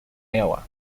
iowa